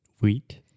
Wheat